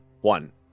one